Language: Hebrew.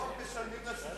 אתם לא רק משלמים לשותפים,